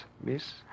miss